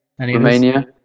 Romania